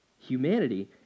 Humanity